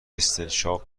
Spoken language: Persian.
استنشاق